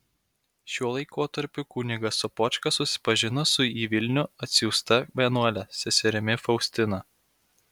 šiuo laikotarpiu kunigas sopočka susipažino su į vilnių atsiųsta vienuole seserimi faustina